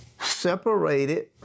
separated